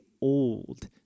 old